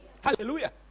Hallelujah